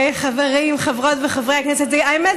חברים, חברות וחברי הכנסת, האמת,